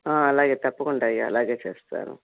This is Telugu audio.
అలాగే తప్పకుండా అయ్యా అలాగే చేస్తాను